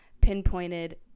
pinpointed